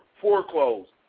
foreclosed